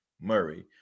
murray